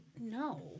no